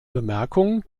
bemerkung